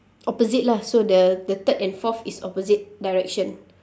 opposite lah so the the third and fourth is opposite direction